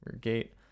gate